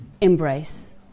embrace